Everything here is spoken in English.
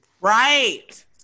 Right